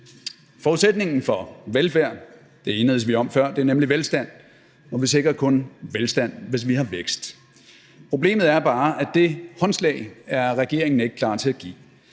Forudsætningen for velfærd – det enedes vi om før – er nemlig velstand, og vi sikrer kun velstand, hvis vi har vækst. Problemet er bare, at det håndslag er regeringen ikke klar til at give,